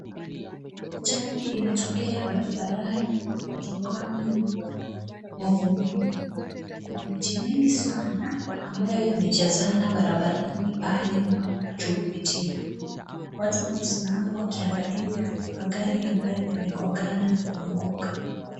Ajali imetokea barabarani kutokana na mafuriko. Kuna maji mengi sana ambayo yamejazana barabarani pahali ambapo watu hupitia. Watu wamesimama wakiangalia magari ambayo yamegongana na kuanguka.